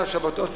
שבתות וחגים,